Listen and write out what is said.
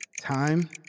Time